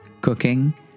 cooking